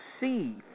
see